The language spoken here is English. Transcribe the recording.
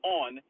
on